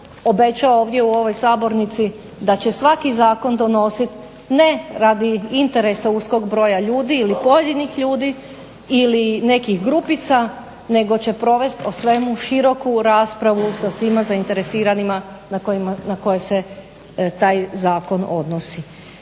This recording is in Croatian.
obećao ovdje u ovoj sabornici da će svaki zakon donositi ne radi interesa uskog broja ljudi ili pojedinih ljudi ili nekih grupica nego će provest o svemu široku raspravu sa svima zainteresiranima na koje se taj zakon odnosi.